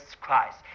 Christ